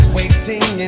waiting